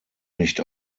nicht